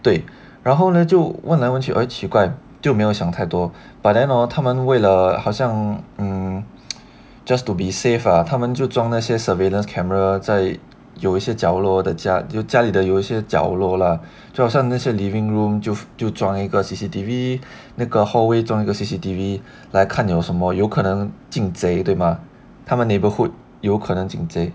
对然后呢就问来问去 eh 奇怪就没有想太多 but then hor 他们为了好像嗯 just to be safe lah 他们就装那些 surveillance camera 在有一些角落的家就家里的有些角落 lah 就好像那些 living room 就就装一个 C_C_T_V 那个 hallway 装一个 C_C_T_V 来看有什么有可能进贼对吗他们 neighbourhood 有可能进贼